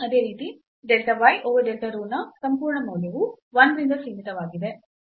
ಅದೇ ರೀತಿ delta y over delta rho ನ ಸಂಪೂರ್ಣ ಮೌಲ್ಯವು 1 ರಿಂದ ಸೀಮಿತವಾಗಿದೆ